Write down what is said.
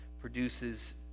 produces